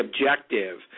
objective